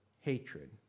hatred